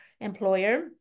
employer